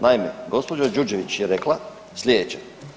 Naime, gđa. Đurđević je rekla slijedeće.